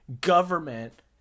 government